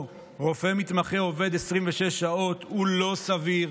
רופא מתמחה עובד 26 שעות הוא לא סביר,